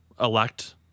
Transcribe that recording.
elect